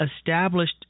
established